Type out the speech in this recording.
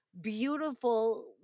beautiful